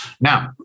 Now